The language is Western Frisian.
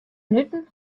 minuten